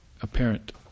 apparent